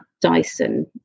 Dyson